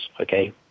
okay